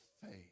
faith